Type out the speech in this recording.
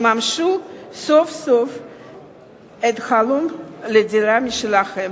יממשו סוף-סוף את חלומן לדירה משלהן.